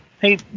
hey